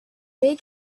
they